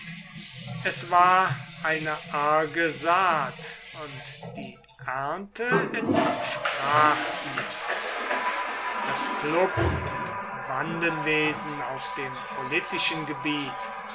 es war eine arge saat und die ernte entsprach ihr das klub und bandenwesen auf dem politischen gebiet